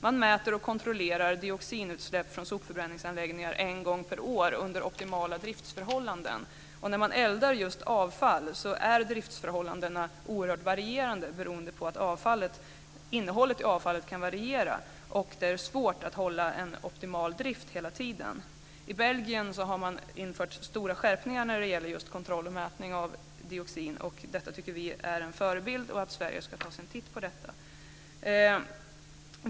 Man mäter och kontrollerar dioxinutsläpp från sopförbränningsanläggningar en gång per år under optimala driftsförhållanden, och när man eldar just avfall är driftsförhållandena oerhört varierande beroende på att innehållet i avfallet kan variera. Det är svårt att hålla en optimal drift hela tiden. I Belgien har man infört stora skärpningar när det gäller just kontroll och mätning av dioxin. Det tycker vi är en förebild, och vi tycker att Sverige ska ta sig en titt på detta.